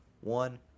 One